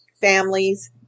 families